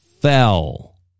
fell